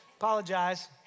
Apologize